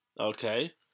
Okay